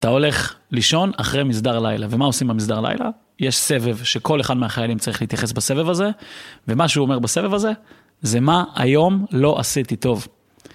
אתה הולך לישון אחרי מסדר לילה, ומה עושים במסדר לילה? יש סבב שכל אחד מהחיילים צריך להתייחס בסבב הזה, ומה שהוא אומר בסבב הזה? זה מה היום לא עשיתי טוב.